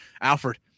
Alfred